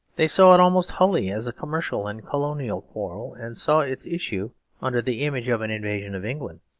they saw it almost wholly as a commercial and colonial quarrel and saw its issue under the image of an invasion of england,